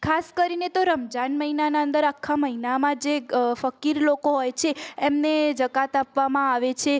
ખાસ કરીને તો રમઝાન મહિનાનાં અંદર આખા મહિનામાં જે ફકીર લોકો હોય છે એમને જકાત આપવામાં આવે છે